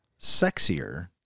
sexier